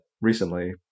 recently